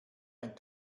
ein